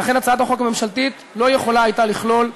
ולכן הצעת החוק הממשלתית לא יכולה הייתה לכלול.